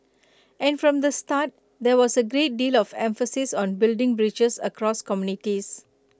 and from the start there was A great deal of emphasis on building bridges across communities